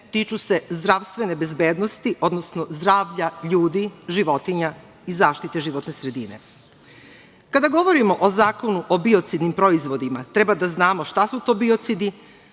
tiču se zdravstvene bezbednosti, odnosno zdravlja ljudi, životinja i zaštite životne sredine. Kada govorimo o Zakonu o biocidnim proizvodima treba da znamo šta su to biocidi,